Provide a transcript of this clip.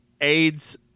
AIDS